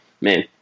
man